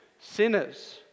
sinners